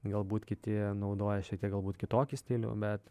galbūt kiti naudoja šiek tiek galbūt kitokį stilių bet